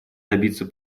добиться